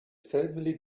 family